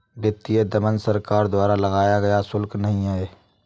वित्तीय दमन सरकार द्वारा लगाया गया शुल्क नहीं है